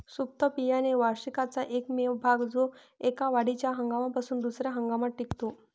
सुप्त बियाणे वार्षिकाचा एकमेव भाग जो एका वाढीच्या हंगामापासून दुसर्या हंगामात टिकतो